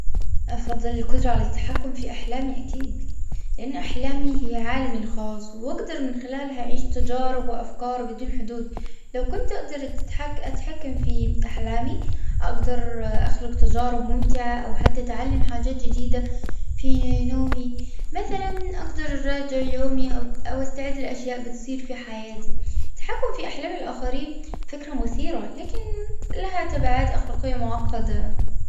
أفضل القدرة على التحكم في أحلامي أكيد. لأن أحلامي هي عالمي الخاص وأقدر من خلالها أعيش تجارب وأفكار بدون حدود. لو كنت قدرت أتحكم في أحلامي. أقدر اه أخلق تجارب ممتعة أو حتى أتعلم حاجات جديدة في يومي مثلا أقدر أراجع يومي أو أستعد ل أشياء بتصير في حياتي. التحكم في أحلام الآخرين فكرة مثيرة لكن لها تبعات أخلاقية معقدة.